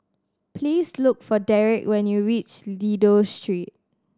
please look for Derick when you reach Dido Street